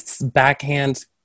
backhand